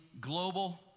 global